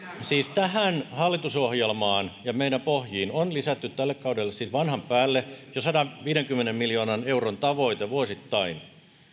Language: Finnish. tähän hallitusohjelmaan ja meidän pohjiimme on lisätty tällä kaudella vanhan päälle jo sadanviidenkymmenen miljoonan euron tavoite vuosittain